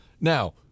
Now